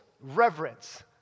reverence